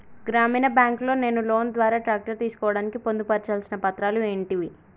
గ్రామీణ బ్యాంక్ లో నేను లోన్ ద్వారా ట్రాక్టర్ తీసుకోవడానికి పొందు పర్చాల్సిన పత్రాలు ఏంటివి?